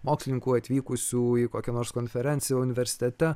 mokslininkų atvykusių į kokią nors konferenciją universitete